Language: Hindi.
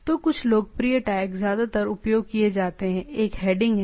तो कुछ लोकप्रिय टैग ज्यादातर उपयोग किए जाते हैं एक हेडिंग है